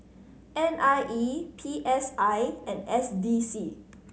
N I E P S I and S D C